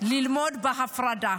ללמוד בהפרדה.